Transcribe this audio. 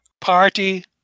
party